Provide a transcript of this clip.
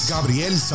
Gabriel